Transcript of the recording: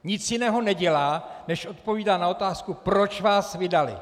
Nic jiného nedělá, než odpovídá na otázku, proč vás vydali.